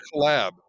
collab